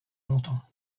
longtemps